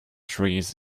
trees